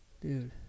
Dude